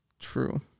True